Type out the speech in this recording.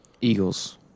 Eagles